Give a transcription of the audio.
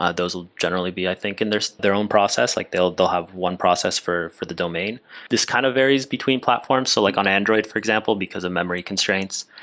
ah those will generally be i think and in their own process. like they'll they'll have one process for for the domain this kind of varies between platforms, so like on android for example because of memory constraints.